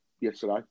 yesterday